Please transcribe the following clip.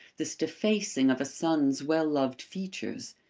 this defacing of a son's well-loved features.